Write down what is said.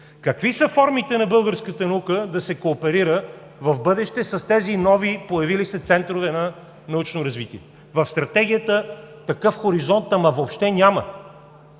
Какви са формите българската наука да се кооперира с тези новопоявили се центрове на научно развитие – в Стратегията такъв хоризонт въобще няма!